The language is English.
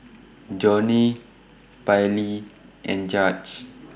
Johnnie Pairlee and Judge